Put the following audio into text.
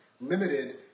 limited